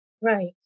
Right